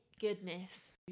goodness